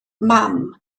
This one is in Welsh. mam